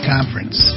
Conference